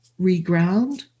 reground